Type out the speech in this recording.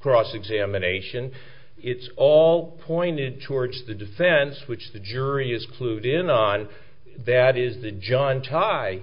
cross examination it's all pointed towards the defense which the jury is clued in on that is the john tie